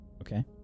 okay